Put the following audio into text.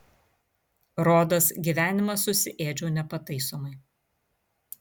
rodos gyvenimą susiėdžiau nepataisomai